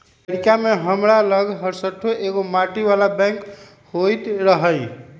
लइरका में हमरा लग हरशठ्ठो एगो माटी बला बैंक होइत रहइ